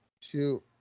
two